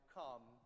come